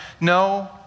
no